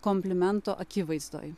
komplimento akivaizdoj